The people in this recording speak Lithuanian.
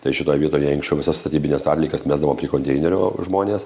tai šitoj vietoj jei anksčiau visas statybines atliekas mesdavo prie konteinerio žmonės